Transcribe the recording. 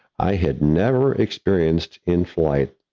i had never experienced in flight,